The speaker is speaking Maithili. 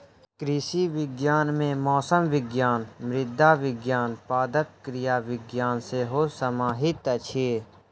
कृषि विज्ञान मे मौसम विज्ञान, मृदा विज्ञान, पादप क्रिया विज्ञान सेहो समाहित अछि